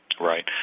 Right